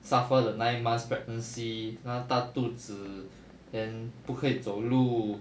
suffer the nine months pregnancy 要大肚子 then 不可以走路